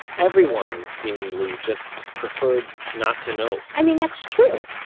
everyone, seemingly, just preferred not to know i mean that's true,